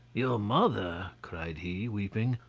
your mother cried he, weeping.